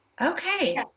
Okay